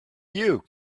you